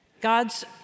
God's